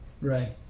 Right